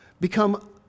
become